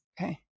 Okay